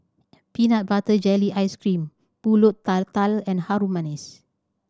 peanut butter jelly ice cream Pulut Tatal and Harum Manis